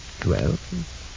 twelve